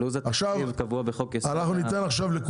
אז אני אגיד רק שלו"ז התקציב קבוע בחוק יסוד.